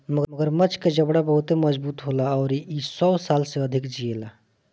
मगरमच्छ के जबड़ा बहुते मजबूत होला अउरी इ सौ साल से अधिक जिएला